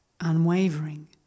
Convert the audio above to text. unwavering